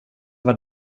vad